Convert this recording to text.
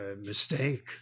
mistake